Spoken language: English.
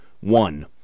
one